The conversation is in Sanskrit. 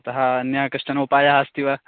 अतः अन्यः कश्चन उपायः अस्ति वा